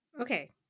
Okay